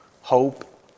hope